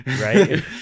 right